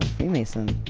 ah freemason.